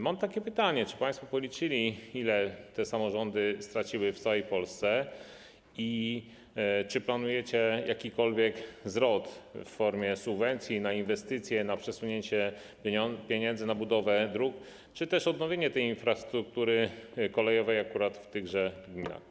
Mam takie pytanie: Czy państwo policzyli, ile straciły samorządy w całej Polsce i czy planujecie jakikolwiek zwrot w formie subwencji na inwestycje, przesunięcia pieniędzy na budowę dróg czy też odnowienia infrastruktury kolejowej akurat w tychże gminach?